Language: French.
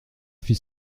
fit